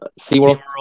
SeaWorld